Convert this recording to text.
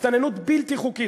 הסתננות בלתי חוקית.